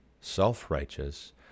self-righteous